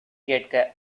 கேட்க